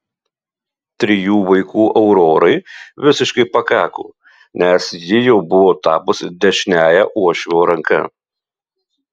trijų vaikų aurorai visiškai pakako nes ji jau buvo tapusi dešiniąja uošvio ranka